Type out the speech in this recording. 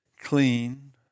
clean